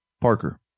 Parker